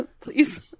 Please